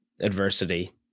adversity